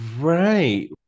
Right